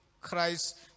Christ